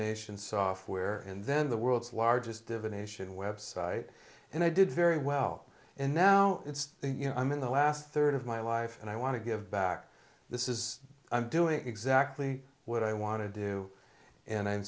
divination software and then the world's largest divination website and i did very well and now it's you know i'm in the last third of my life and i want to give back this is i'm doing exactly what i want to do and i'm